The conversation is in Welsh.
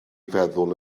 feddwl